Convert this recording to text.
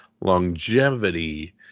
longevity